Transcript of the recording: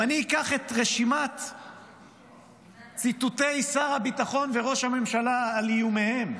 אם אני אקח את רשימת ציטוטי שר הביטחון וראש הממשלה על איומיהם,